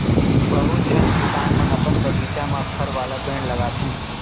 बहुत झन किसान मन अपन बगीचा म फर वाला पेड़ लगाथें